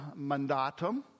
mandatum